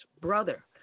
brother